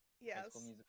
Yes